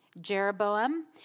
Jeroboam